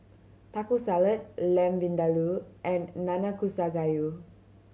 Taco Salad Lamb Vindaloo and Nanakusa Gayu